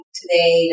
today